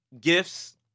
gifts